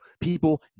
people